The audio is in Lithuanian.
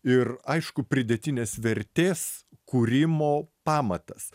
ir aišku pridėtinės vertės kūrimo pamatas